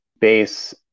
base